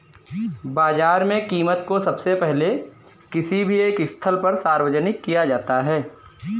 बाजार में कीमत को सबसे पहले किसी भी एक स्थल पर सार्वजनिक किया जाता है